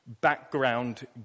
background